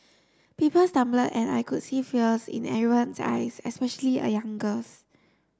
people stumble and I could see fears in everyone's eyes especially a young girl's